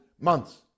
months